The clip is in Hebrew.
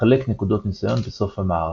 לחלק נקודות ניסיון בסוף המערכה.